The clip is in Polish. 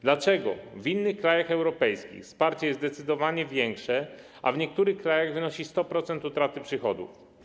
Dlaczego w innych krajach europejskich wsparcie jest zdecydowanie większe, w niektórych krajach wynosi 100% utraty przychodów?